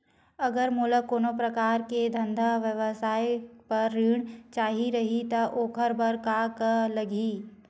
अगर मोला कोनो प्रकार के धंधा व्यवसाय पर ऋण चाही रहि त ओखर बर का का लगही?